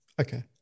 Okay